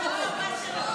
הקראת?